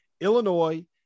illinois